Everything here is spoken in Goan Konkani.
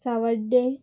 सावड्डें